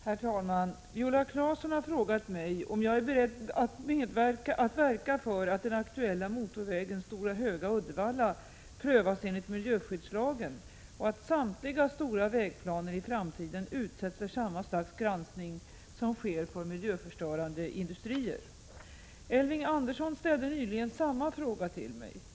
Herr talman! Viola Claesson har frågat mig om jag är beredd att verka för att den aktuella motorvägen Stora Höga—Uddevalla prövas enligt miljöskyddslagen och att samtliga stora vägplaner i framtiden utsätts för samma slags granskning som sker för miljöstörande industrier. Elving Andersson ställde nyligen samma fråga till mig.